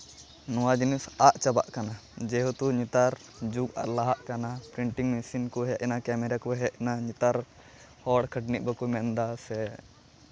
ᱱᱚᱣᱟ ᱡᱤᱱᱤᱥ ᱟᱫ ᱪᱟᱵᱟᱜ ᱠᱟᱱᱟ ᱡᱮᱦᱮᱛᱩ ᱱᱮᱛᱟᱨ ᱡᱩᱜᱽ ᱟᱨ ᱞᱟᱦᱟᱜ ᱠᱟᱱᱟ ᱯᱨᱤᱴᱤᱝ ᱢᱮᱹᱥᱤᱱ ᱠᱚ ᱦᱮᱡ ᱮᱱᱟ ᱠᱮᱢᱮᱨᱟ ᱠᱚ ᱦᱮᱡ ᱮᱱᱟ ᱱᱮᱛᱟᱨ ᱦᱚᱲ ᱠᱷᱟᱹᱴᱟᱱᱤ ᱵᱟᱠᱚ ᱢᱮᱱᱫᱟ ᱥᱮ